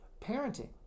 Parenting